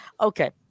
Okay